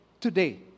today